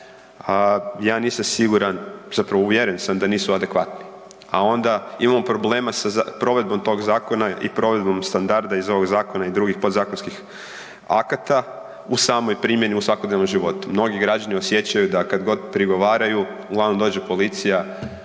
ja nisam siguran, zapravo uvjeren sam da nisu adekvatni, a onda imamo problema sa provedbom tog zakona i provedbom standarda iz ovog zakona i drugih podzakonskih akata u samoj primjeni u svakodnevnom životu. Mnogi građani osjećaju da kad god prigovaraju uglavnom dođe policija,